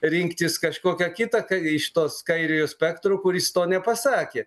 rinktis kažkokią kitą iš tos kairiojo spektro kuris to nepasakė